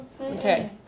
Okay